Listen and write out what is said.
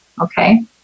Okay